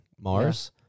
Mars